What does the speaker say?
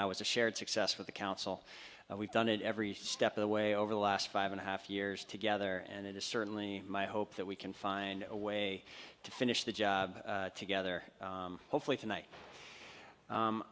is a shared success for the council and we've done it every step of the way over the last five and a half years together and it is certainly my hope that we can find a way to finish the job together hopefully tonight